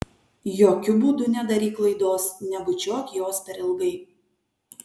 jokiu būdu nedaryk klaidos nebučiuok jos per ilgai